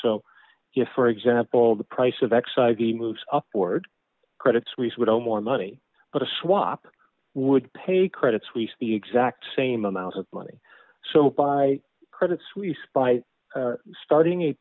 if for example the price of excise the moves upward credit suisse would owe more money but a swap would pay credit suisse the exact same amount of money so by credit suisse by starting a